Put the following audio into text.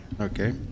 Okay